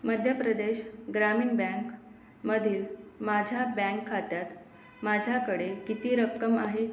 मध्यप्रदेश ग्रामीण बँकमधील माझ्या बँक खात्यात माझ्याकडे किती रक्कम आहे